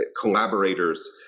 collaborators